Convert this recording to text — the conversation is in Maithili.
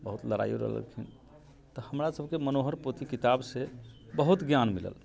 बहुत लड़ाइयो लड़लखिन तऽ हमरा सबके मनोहर पोथी किताबसँ बहुत ज्ञान मिलल